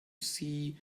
see